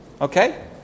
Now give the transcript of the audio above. Okay